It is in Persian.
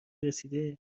رسیده